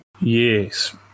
Yes